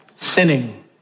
Sinning